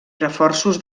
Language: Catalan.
reforços